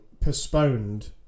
postponed